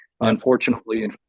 Unfortunately